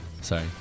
Sorry